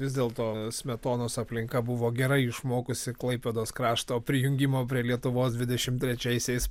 vis dėlto smetonos aplinka buvo gerai išmokusi klaipėdos krašto prijungimo prie lietuvos dvidešimt trečiaisiais